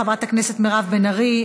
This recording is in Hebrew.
חברת הכנסת מירב בן ארי,